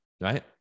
right